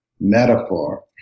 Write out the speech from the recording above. metaphor